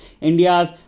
India's